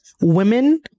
women